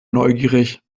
neugierig